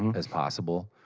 um as possible.